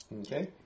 Okay